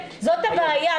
זאת הבעיה,